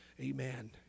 Amen